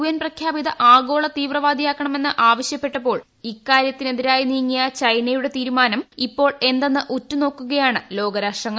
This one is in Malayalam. എൻ പ്രഖ്യാപിത ആഗോള തീവ്രവാദിയാക്കണമെന്ന് ആവശ്യപ്പെട്ടപ്പോൾ ഇക്കാര്യത്തിനെതിരായി നീങ്ങിയ ചൈനയുടെ തീരുമാനം ഇപ്പോൾ എന്തെന്ന് ഉറ്റുനോക്കുകയാണ് ലോകരാഷ്ട്രങ്ങൾ